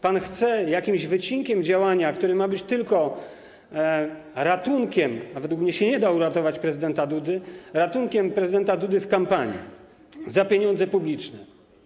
Pan chce jakimś wycinkiem działania, który ma być tylko ratunkiem, a według mnie się nie da uratować prezydenta Dudy, prezydenta Dudy w kampanii, za pieniądze publiczne.